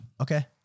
Okay